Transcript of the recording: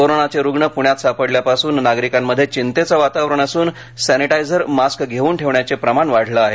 कोरोनाचे रुग्ण पुण्यात सापडल्यापासून नागरिकांमध्ये चिंतेचे वातावरण असून सॅनिटायझर मास्क घेऊन ठेवण्याचे प्रमाण वाढले आहे